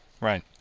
Right